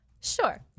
sure